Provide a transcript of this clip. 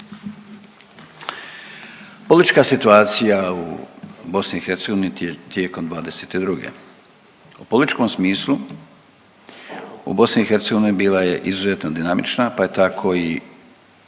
Politička situacija u BiH tijekom 2022. u političkom smislu u BiH bila je izuzetno dinamična pa je tako i